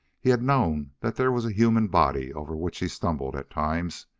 he had known that there was a human body over which he stumbled at times.